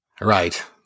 Right